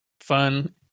fun